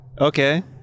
Okay